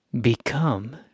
become